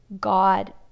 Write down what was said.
God